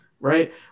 right